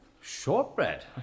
Shortbread